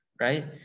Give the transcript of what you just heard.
right